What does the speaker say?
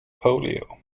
polio